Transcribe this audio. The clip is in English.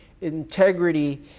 Integrity